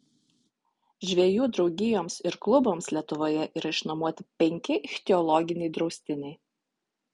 žvejų draugijoms ir klubams lietuvoje yra išnuomoti penki ichtiologiniai draustiniai